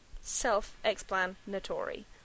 self-explanatory